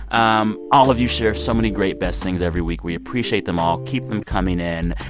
um all of you share so many great best things every week. we appreciate them all. keep them coming in.